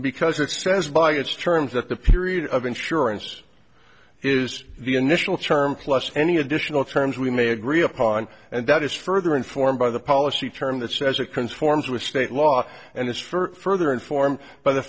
because it says by its terms that the period of insurance is the initial charm plus any additional terms we may agree upon and that is further informed by the policy term that says or conforms with state law and this for they're informed by the